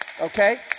Okay